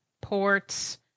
ports